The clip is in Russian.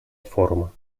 форума